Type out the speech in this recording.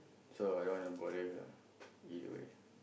so I don't want to bother her either way